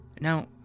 Now